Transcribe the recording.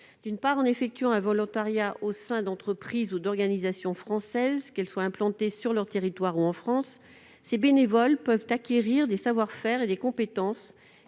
D'une part, en effectuant un volontariat au sein d'entreprises ou d'organisations françaises, qu'elles soient implantées sur leur territoire ou en France, ces bénévoles peuvent acquérir des savoir-faire et des compétences